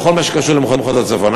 בכל מה שקשור למחוז הצפון.